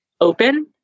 open